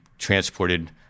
transported